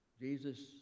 jesus